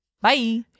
Bye